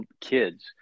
kids